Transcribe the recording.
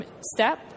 step